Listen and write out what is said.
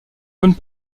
bonne